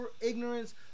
ignorance